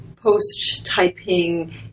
post-Typing